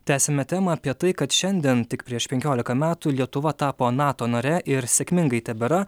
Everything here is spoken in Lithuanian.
tęsiame temą apie tai kad šiandien tik prieš penkiolika metų lietuva tapo nato nare ir sėkmingai tebėra